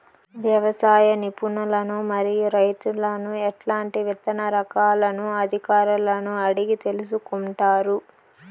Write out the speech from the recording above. వ్యవసాయ నిపుణులను మరియు రైతులను ఎట్లాంటి విత్తన రకాలను అధికారులను అడిగి తెలుసుకొంటారు?